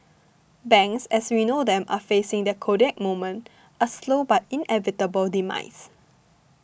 banks as we know them are facing their Kodak moment a slow but inevitable demise